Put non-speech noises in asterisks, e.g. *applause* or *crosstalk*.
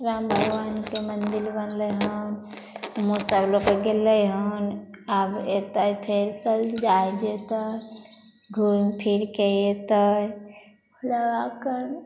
राम भगबान के मन्दिर बनलै हन *unintelligible* गेलै हन आब एतय फेर से जाइ जेतै घूम फिर के अयतै जाके